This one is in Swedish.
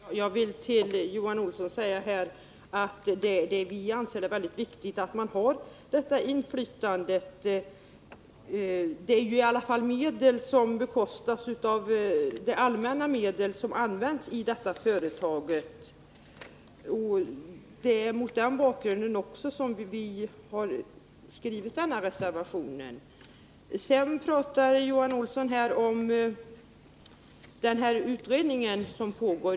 Herr talman! Jag vill till Johan Olsson säga att vi anser detta inflytande vara väldigt viktigt. Det är i alla fall allmänna medel som används i detta företag. Det är mot den bakgrunden vi skrivit reservationen. Johan Olsson pratar också om den utredning som pågår.